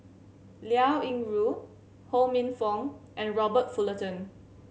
Liao Yingru Ho Minfong and Robert Fullerton